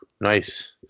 Nice